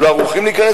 לא ערוכים להיכנס,